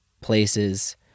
places